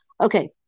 Okay